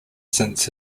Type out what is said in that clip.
since